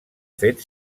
fet